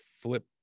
flip